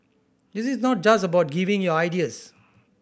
this is not just about giving your ideas